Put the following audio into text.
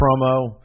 promo